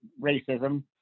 racism